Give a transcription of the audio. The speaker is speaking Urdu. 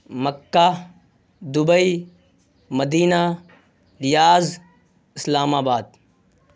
مکہ دبئی مدینہ ریاض اسلام آباد